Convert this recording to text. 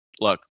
Look